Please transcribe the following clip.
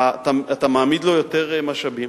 אתה מעמיד לו יותר משאבים,